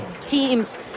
teams